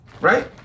right